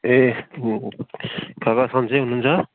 ए खबर सन्चै हुनुहुन्छ